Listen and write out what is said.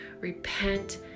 Repent